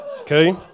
okay